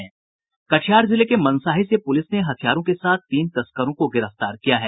कटिहार जिले के मनसाही से पुलिस ने हथियारों के साथ तीन तस्करों को गिरफ्तार किया है